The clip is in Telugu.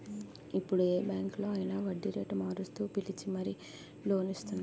ఇప్పుడు ఏ బాంకులో అయినా వడ్డీరేటు మారుస్తూ పిలిచి మరీ లోన్ ఇస్తున్నారు